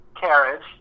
carriage